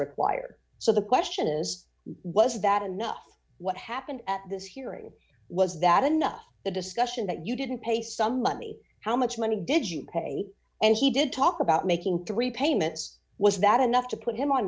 required so the question is was that enough what happened at this hearing was that enough the discussion that you didn't pay some money how much money didn't pay and he did talk about making three dollars payments was that enough to put him